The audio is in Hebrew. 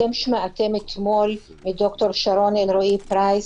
שמעתם אתמול את ד"ר שרון אלרעי פרייס,